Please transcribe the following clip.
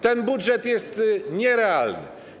Ten budżet jest nierealny.